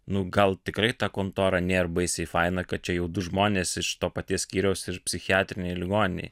nu gal tikrai ta kontora nėr baisiai faina kad čia jau du žmonės iš to paties skyriaus ir psichiatrinėj ligoninėj